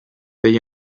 degli